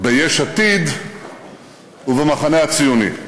ביש עתיד ובמחנה הציוני.